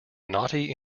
naughty